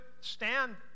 stand